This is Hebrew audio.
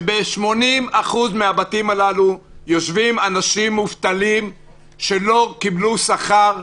שב-80% מהבתים הללו יושבים אנשים מובטלים שלא קיבלו שכר,